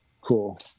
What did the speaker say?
cool